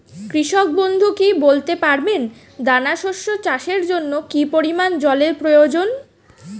কৃষক বন্ধু কি বলতে পারবেন দানা শস্য চাষের জন্য কি পরিমান জলের প্রয়োজন?